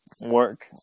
work